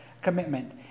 commitment